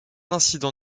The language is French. incident